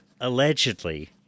Allegedly